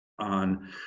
on